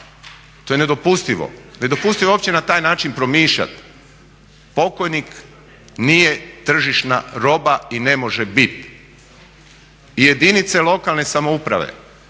To je nedopustivo, nedopustivo je uopće na taj način promišljati. Pokojnik nije tržišna roba i ne može bit i jedinice lokalne samouprave